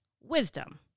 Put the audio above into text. wisdom